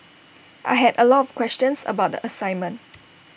I had A lot of questions about the assignment